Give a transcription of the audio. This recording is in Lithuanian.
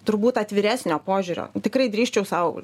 turbūt atviresnio požiūrio tikrai drįsčiau sau